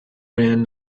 ran